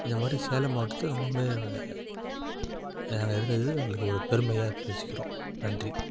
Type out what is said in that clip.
இந்தமாதிரி சேலம் மாவட்டத்தில் ரொம்பவும் எங்களுக்கு ஒரு பெருமையாக பேசிக்கிறோம் நன்றி